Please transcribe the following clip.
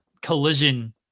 collision